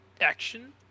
action